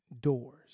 doors